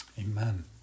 amen